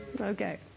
Okay